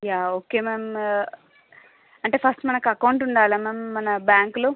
yeah okay ma'am అంటే first మనకి account ఉండాలా మ్యామ్ మన బ్యాంకులో